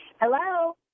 Hello